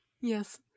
Yes